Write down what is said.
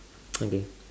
okay